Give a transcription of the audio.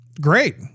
great